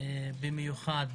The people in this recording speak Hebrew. במיוחד